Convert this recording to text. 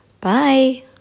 Bye